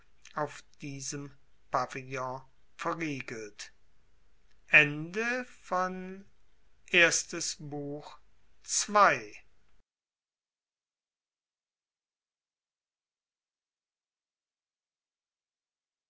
auf diesem pavillon verriegelt